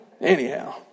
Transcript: anyhow